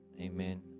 amen